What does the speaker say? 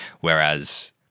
Whereas